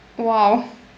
!wow!